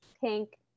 pink